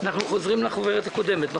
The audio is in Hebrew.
אנחנו חוזרים לחוברת הקודמת.